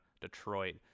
Detroit